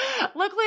luckily